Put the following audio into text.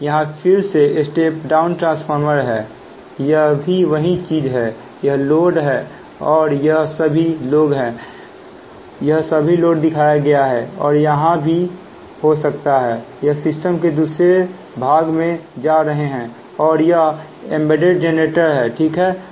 यहां फिर से स्टेप डाउन ट्रांसफॉर्मर है यह भी वही चीज है एक लोड और यह सभी लोड हैं यह सभी लोड को दिखाया गया है और यहां भी हो सकता है यह सिस्टम के दूसरे भाग में जा रहे हो और यह एंबेडेड जेनरेटर है ठीक है